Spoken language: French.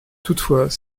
toutefois